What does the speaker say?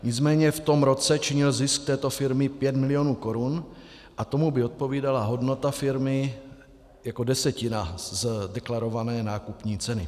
Nicméně v tom roce činil zisk této firmy pět milionů korun a tomu by odpovídala hodnota firmy jako desetina z deklarované nákupní ceny.